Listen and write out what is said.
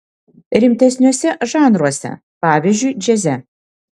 rimtesniuose žanruose pavyzdžiui džiaze